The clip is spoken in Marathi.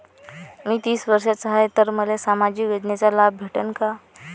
मी तीस वर्षाचा हाय तर मले सामाजिक योजनेचा लाभ भेटन का?